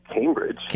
cambridge